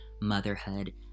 motherhood